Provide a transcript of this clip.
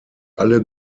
alle